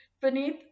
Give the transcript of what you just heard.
Beneath